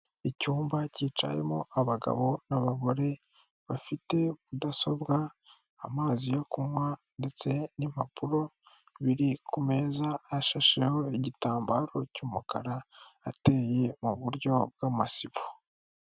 Icyumba cyicayemo abagabo n'abagore bafite mudasobwa, amazi yo kunywa ndetse n'impapuro biri kumeza ashasheho igitambaro cy'umukara, ateye mu buryo bw'amasibo.